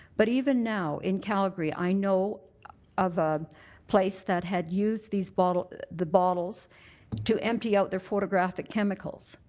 but even now in calgary i know of a place that had used these bottles the bottles to empty out their photographic chemicals.